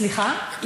סליחה?